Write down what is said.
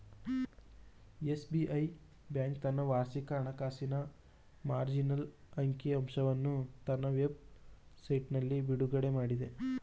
SBI bank ತನ್ನ ವಾರ್ಷಿಕ ಹಣಕಾಸಿನ ಮಾರ್ಜಿನಲ್ ಅಂಕಿ ಅಂಶವನ್ನು ತನ್ನ ವೆಬ್ ಸೈಟ್ನಲ್ಲಿ ಬಿಡುಗಡೆಮಾಡಿದೆ